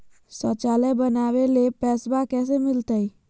शौचालय बनावे ले पैसबा कैसे मिलते?